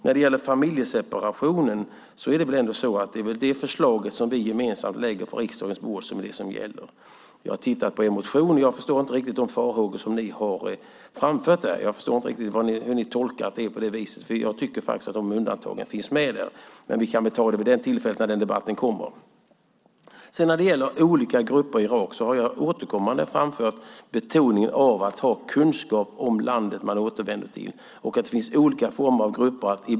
När det gäller familjeseparationen är det väl ändå det förslag som vi gemensamt lägger på riksdagens bord som gäller. Jag har tittat på er motion. Jag förstår inte riktigt de farhågor som ni där har framfört. Jag förstår inte riktigt hur ni tolkar att det är på det viset. Jag tycker faktiskt att de undantagen finns med där. Men vi kan väl ta upp det vid det tillfället, när den debatten kommer. När det gäller olika grupper i Irak har jag återkommande framfört vikten av att ha kunskap om landet de återvänder till och att det finns olika former av grupper.